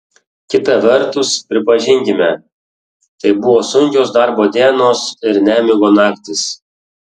kita vertus pripažinkime tai buvo sunkios darbo dienos ir nemigo naktys